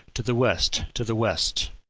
to the west to the west.